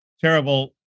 terrible